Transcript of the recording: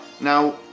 Now